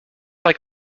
like